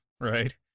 right